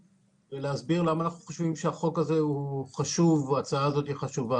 ולהסביר למה אנחנו חושבים שהחוק וההצעה חשובים.